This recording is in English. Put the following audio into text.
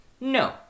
No